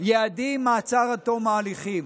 יעדים מעצר עד תום ההליכים.